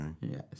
Yes